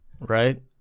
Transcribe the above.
right